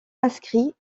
inscrits